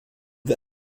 wir